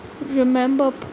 remember